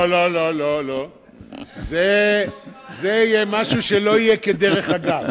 לא, לא, לא, זה יהיה משהו שלא יהיה כדרך אגב.